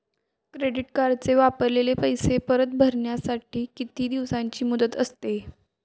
Credit कार्डचे वापरलेले पैसे परत भरण्यासाठी किती दिवसांची मुदत असते?